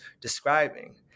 describing